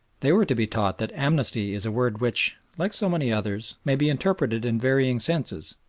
they were to be taught that amnesty is a word which, like so many others, may be interpreted in varying senses,